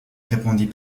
répondit